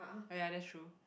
ya that's true